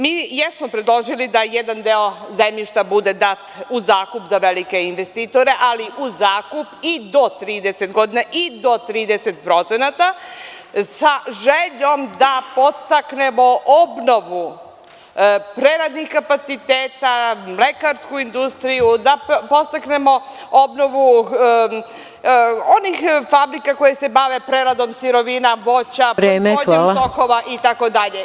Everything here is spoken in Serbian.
Mi jesmo predložili da jedan deo zemljišta bude dat u zakup za velike investitore, ali u zakup i do 30 godina i do 30% sa željom da podstaknemo obnovu preradnih kapaciteta, mlekarsku industriju, da podstaknemo obnovu onih fabrika koje se bave preradom sirovina, voća, proizvodnjom sokova itd.